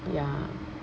ya